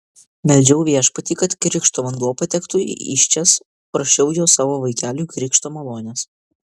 meldžiau viešpatį kad krikšto vanduo patektų į įsčias prašiau jo savo vaikeliui krikšto malonės